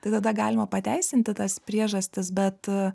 tai tada galima pateisinti tas priežastis bet